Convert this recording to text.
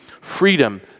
freedom